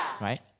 right